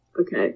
Okay